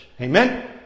Amen